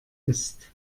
ist